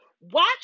Watch